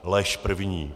Lež první.